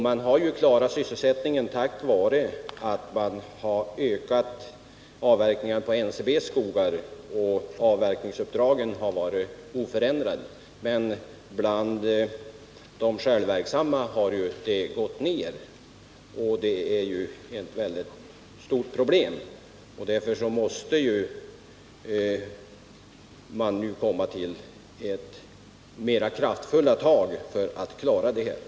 Man har klarat sysselsättningen tack vare ökad avverkning på NCB:s skogar och genom att avverkningsuppdragen har varit oförändrade. Men bland de självverksamma skogsägarna har sysselsättningsnivån gätt ner. och det är ett mycket stort problem. Därför måste kraftfulla tag till för att klara upp situationen.